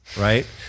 right